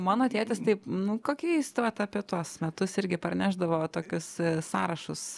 mano tėtis taip nu kokiais tai vat apie tuos metus irgi parnešdavo tokius sąrašus